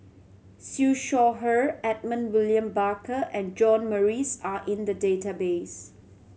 Siew Shaw Her Edmund William Barker and John Morrice are in the database